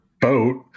boat